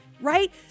right